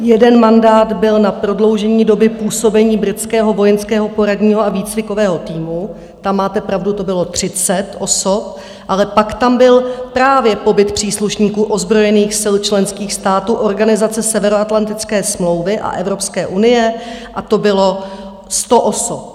Jeden mandát byl na prodloužení doby působení Britského vojenského poradního a výcvikového týmu tam, máte pravdu, to bylo 30 osob, ale pak tam byl právě pobyt příslušníků ozbrojených sil členských států Organizace Severoatlantické smlouvy a Evropské unie a to bylo 100 osob.